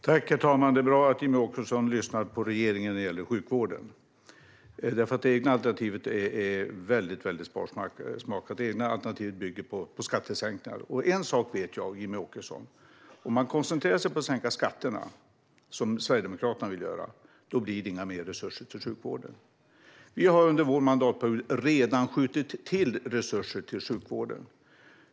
Herr talman! Det är bra att Jimmie Åkesson lyssnar på regeringen när det gäller sjukvården eftersom det egna alternativet är väldigt sparsmakat. Det egna alternativet bygger på skattesänkningar. En sak vet jag, Jimmie Åkesson: Om man koncentrerar sig på att sänka skatterna, som Sverigedemokraterna vill göra, blir det inga mer resurser till sjukvården. Vi har under vår mandatperiod redan skjutit till resurser till sjukvården.